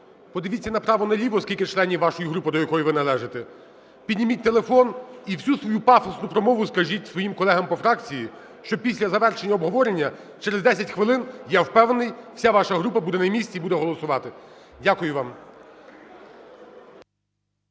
Подивіться направо-наліво, скільки членів вашої групи, до якої ви належите. Підніміть телефон і всю свою пафосну промову скажіть своїм колегам по фракції, що після завершення обговорення через 10 хвилин, я впевнений, вся ваша група буде на місці і буде голосувати. Дякую вам.